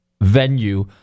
venue